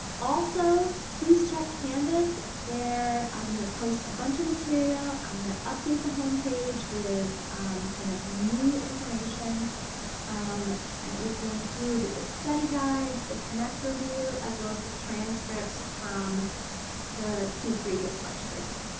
also, please check canvas. there i'm gonna post a bunch of material, i'm gonna update the homepage with kind of new information um which will include the study guides the connect review as well as the transcripts from the two previous lectures.